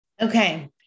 Okay